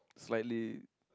slightly